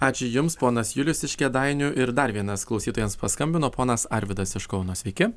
ačiū jums ponas julius iš kėdainių ir dar vienas klausytojas paskambino ponas arvydas iš kauno sveiki